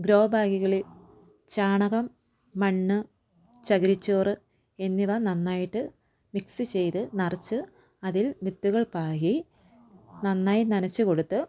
grow ബാഗുകളിൽ ചാണകം മണ്ണ് ചകിരിച്ചോറ് എന്നിവ നന്നായിട്ട് മിക്സ് ചെയ്ത് നിറച്ച് അതിൽ വിത്തുകൾ പാകി നന്നായി നനച്ചു കൊടുത്ത്